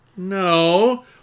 No